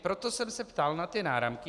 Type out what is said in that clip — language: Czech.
Proto jsem se ptal na ty náramky.